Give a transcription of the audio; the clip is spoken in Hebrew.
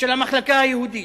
ושל המחלקה היהודית?